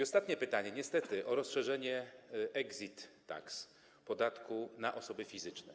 Ostatnie pytanie niestety dotyczy rozszerzenia exit tax, podatku na osoby fizyczne.